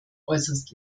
äußerst